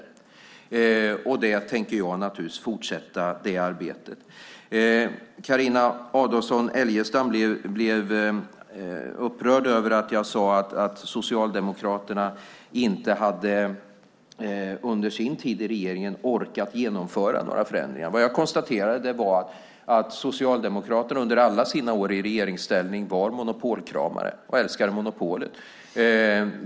Detta arbete tänker jag fortsätta. Carina Adolfsson Elgestam blev upprörd över att jag sade att Socialdemokraterna under sin tid i regeringen inte hade orkat genomföra några förändringar. Vad jag konstaterade var att Socialdemokraterna under alla sina år i regeringsställning var monopolkramare och älskade monopolet.